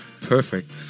Perfect